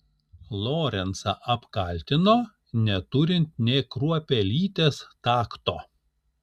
lorencą apkaltino neturint nė kruopelytės takto